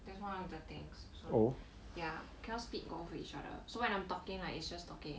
that's one of the things like ya cannot speak over each other so when I'm talking right it's just talking